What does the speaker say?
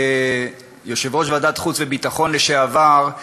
כיושב-ראש ועדת החוץ והביטחון לשעבר,